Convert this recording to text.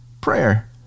prayer